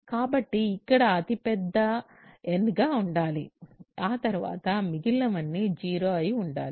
కాబట్టి ఇక్కడ అతిపెద్ద n ఉండాలి ఆ తర్వాత మిగిలినవన్నీ 0 అయి ఉండాలి